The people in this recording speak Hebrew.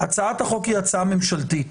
הצעת החוק היא הצעה ממשלתית.